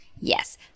Yes